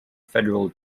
federal